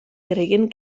creient